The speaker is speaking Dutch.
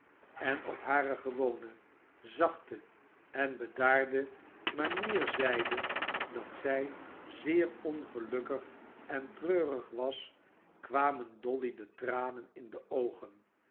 en op hare gewone zachte en bedaarde manier zeide dat zij zeer ongelukkig en treurig was kwamen dolly de tranen in de oogen